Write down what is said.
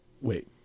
Wait